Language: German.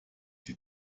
die